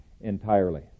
entirely